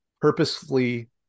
purposefully